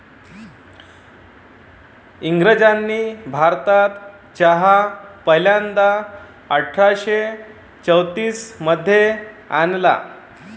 इंग्रजांनी भारतात चहा पहिल्यांदा अठरा शे चौतीस मध्ये आणला